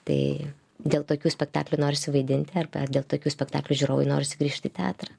tai dėl tokių spektaklių norisi vaidinti arba dėl tokių spektaklių žiūrovai nori sugrįžti į teatrą